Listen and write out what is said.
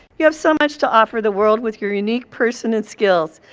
you have so much to offer the world with your unique person and skills.